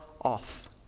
off